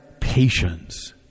patience